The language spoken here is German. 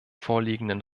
vorliegenden